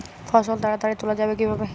ফসল তাড়াতাড়ি তোলা যাবে কিভাবে?